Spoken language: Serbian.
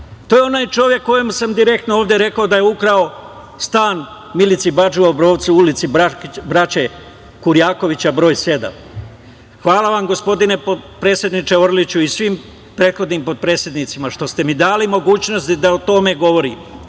To je onaj čovek kojem sam direktno ovde rekao da je ukrao stan Milici Badži u Obrovcu u Ulici braće Kurjakovića broj 7. Hvala vam, gospodine potpredsedniče Orliću, i svim prethodnim potpredsednicima, što ste mi dali mogućnost da o tome govorim.